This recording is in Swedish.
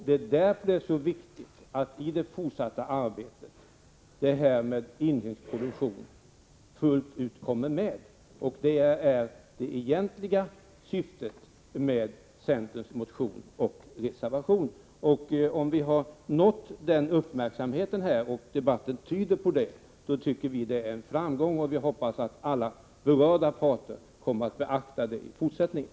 Det är därför det är så viktigt att allt som rör den inhemska produktionen fullt ut kommer med i det fortsatta arbetet. Det är det egentliga syftet med centerns motion och reservation. Om vi har nått uppmärksamhet — och debatten tyder på det — tycker vi att det är en framgång. Vi hoppas att alla berörda parter kommer att beakta våra synpunkter i fortsättningen.